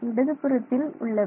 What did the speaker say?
இடதுபுறத்தில் உள்ளவை